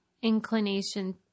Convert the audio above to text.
Inclination